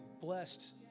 blessed